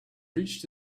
reached